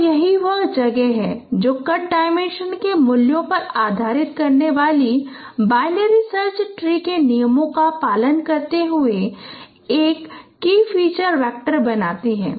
तो यही वह जगह है जो कट डायमेंशन के मूल्य पर तुलना करने वाले बाइनरी सर्च ट्री के नियमों का पालन करते हुए एक की फीचर वेक्टर बनाती है